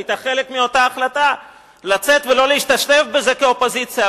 והיתה חלק מאותה החלטה לצאת ולא להשתתף בזה כאופוזיציה,